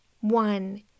One